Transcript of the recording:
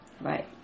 Right